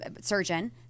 Surgeon